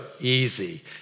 easy